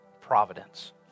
providence